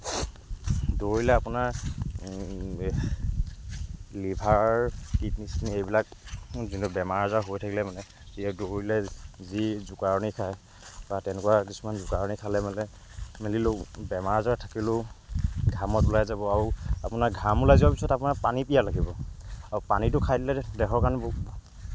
দৌৰিলে আপোনাৰ liver kidney চিডনি এইবিলাক যোনটো বেমাৰ আজাৰ হৈ থাকিলে মানে য দৌৰিলে যি জোকাৰণি খায় বা তেনেকুৱা কিছুমান জোকাৰণি খালে মানে মেলিলেও বেমাৰ আজাৰ থাকিলেও ঘামত ওলাই যাব আৰু আপোনাৰ ঘাম ওলাই যোৱাৰ পিছত আপোনাৰ পানী পিয়াহ লাগিব আৰু পানীটো খাই দিলে দেহৰ কাৰণে ব